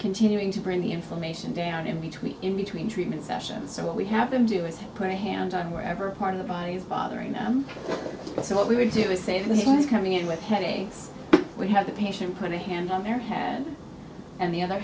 continuing to bring the inflammation down in between in between treatment sessions so what we have to do is put a hand on whatever part of the body is bothering them but so what we would do is say that he's coming in with headaches we have the patient put a hand on their head and the other